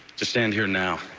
to stand here now,